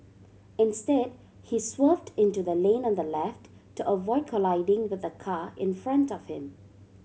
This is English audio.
instead he swerved into the lane on the left to avoid colliding with the car in front of him